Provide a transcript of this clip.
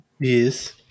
Yes